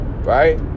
Right